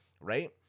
right